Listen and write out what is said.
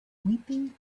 weeping